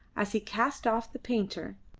as he cast off the painter,